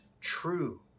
true